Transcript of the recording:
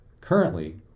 Currently